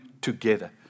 together